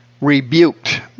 rebuked